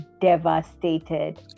devastated